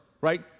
right